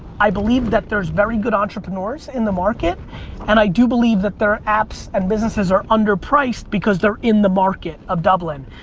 i believe that there's very good entrepreneurs in the market and i do believe that their apps and businesses are underpriced because they're in the market of dublin.